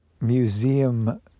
museum